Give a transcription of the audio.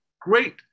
great